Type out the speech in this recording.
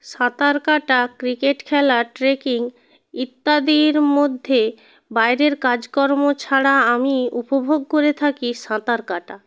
সাঁতার কাটা ক্রিকেট খেলা ট্রেকিং ইত্যাদির মধ্যে বাইরের কাজকর্ম ছাড়া আমি উপভোগ করে থাকি সাঁতার কাটা